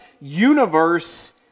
universe